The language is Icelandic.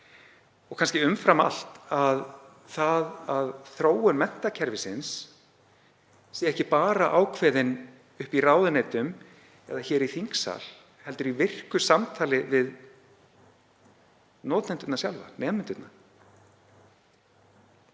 og kannski umfram allt að þróun menntakerfisins sé ekki bara ákveðin upp í ráðuneytum eða í þingsal heldur í virku samtali við notendurna sjálfa, nemendurna.